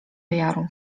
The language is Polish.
jaru